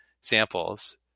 samples